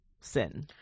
sin